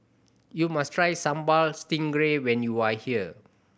you must try Sambal Stingray when you are here